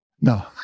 No